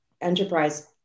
enterprise